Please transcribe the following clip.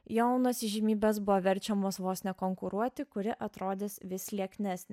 jaunos įžymybės buvo verčiamos vos ne konkuruoti kuri atrodys vis lieknesnė